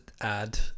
add